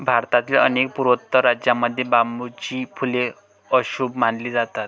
भारतातील अनेक पूर्वोत्तर राज्यांमध्ये बांबूची फुले अशुभ मानली जातात